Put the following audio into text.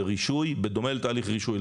בדומה לתהליך רישוי,